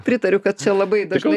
pritariu kad čia labai dažnai